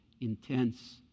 intense